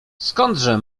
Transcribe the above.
skądże